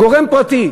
גורם פרטי,